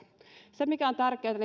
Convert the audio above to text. se on tärkeätä että